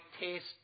taste